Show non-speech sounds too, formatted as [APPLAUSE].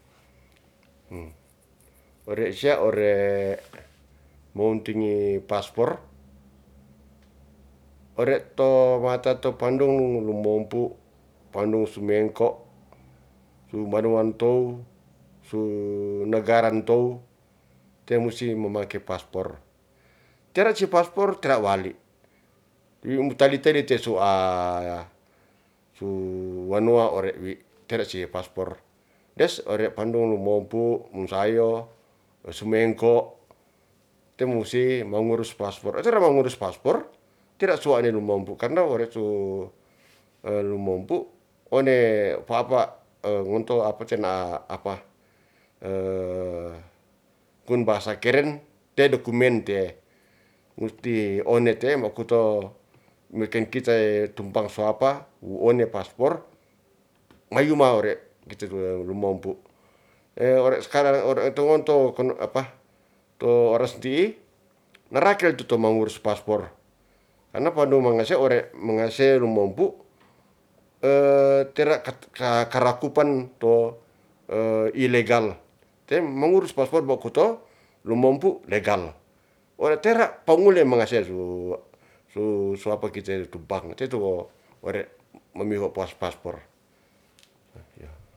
Ore sia ore mo wuntingi paspor, ore to wata to pandungu wu lumompu, pandungu sumengko su banuan tow, su negaran tow, te musi mamake paspor. Tera si paspor tera wali wi mutali tede te sua, su wanua ore wi tera sie paspor. Des ore pandung lumompu mung sayo, sumengko te mungsi'i mangurus paspor, tera mangurus paspor tera suwa'ne lumompu, karna ore su lumompu one fafa nguntow apa te na'a apa, [HESITATION] kun bahasa keren te dokumen tie. Musti one te'e makoto mekeng kita [HESITATION] tumpang suapa wu one paspor mayuma ore [UNINTELLIGIBLE] lumompu. [HESITATION] ore skarang ore ento ngonto kon apa to oras ti'i nga rakel tu to mangurus paspor, karna pandung mangase ore mngase lumompu tera kat ka karakupan to ilegal te mangurus paspor wa kuto lumompu legal. Ore tera pangule mangase su, suapa kite tumpang te to wo ore mamiho paspor